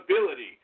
ability